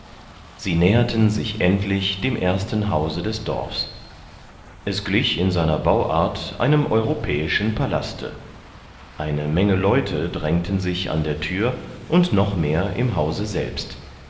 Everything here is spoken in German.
sie näherten sich endlich dem ersten hause des dorfs es glich in seiner bauart einem europäischen palaste eine menge leute drängten sich an der thür und noch mehr im hause selbst